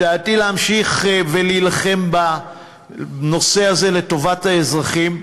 בדעתי להמשיך להילחם בנושא הזה, לטובת האזרחים.